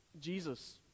Jesus